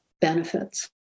benefits